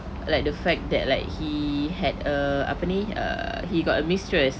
stress